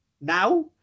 now